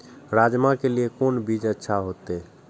राजमा के लिए कोन बीज अच्छा होते?